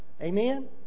Amen